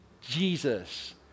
Jesus